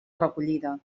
recollida